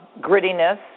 grittiness